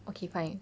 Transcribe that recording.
okay fine